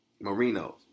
merinos